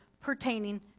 pertaining